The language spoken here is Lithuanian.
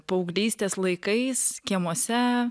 paauglystės laikais kiemuose